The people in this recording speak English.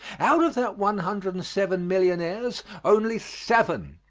out of that one hundred and seven millionaires only seven